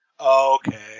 okay